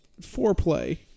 foreplay